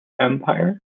empire